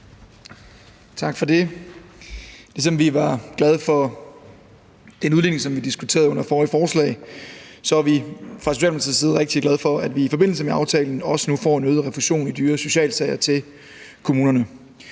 Tak for det. Ligesom vi var glade for den udligning, som vi diskuterede under forrige forslag, er vi fra Socialdemokratiets side rigtig glade for, at vi i forbindelse med aftalen også nu får en øget refusion i dyre socialsager til kommunerne.